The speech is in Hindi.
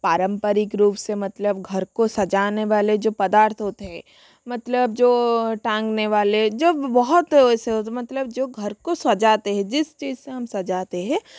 पारंपरिक रूप से मतलब घर को सजाने वाले जो पदार्थ होते हैं मतलब जो टांगने वाले जो बहुत वैसे होते हैं मतलब जो घर को सजाते हैं जिस चीज़ से हम सजाते हैं